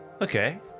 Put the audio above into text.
Okay